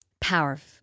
Powerful